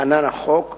להלן: החוק,